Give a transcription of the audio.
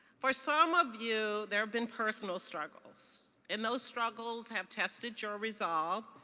for some of you there have been personal struggles, and those struggles have tested your resolve.